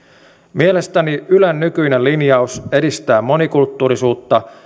mielestäni ylen nykyinen linjaus edistää monikulttuurisuutta